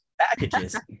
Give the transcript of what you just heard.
packages